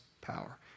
power